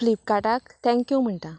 फ्लिपकार्टाक thank you म्हणटां